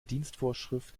dienstvorschrift